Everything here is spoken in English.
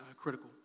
critical